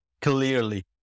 clearly